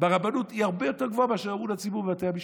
הוא הרבה יותר גבוה מאשר אמון הציבור בבתי המשפט.